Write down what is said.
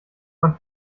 man